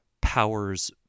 powers